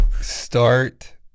Start